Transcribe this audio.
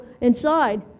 inside